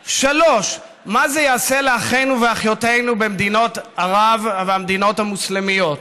3. מה זה יעשה לאחינו ואחיותינו במדינות ערב והמדינות המוסלמיות,